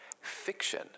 fiction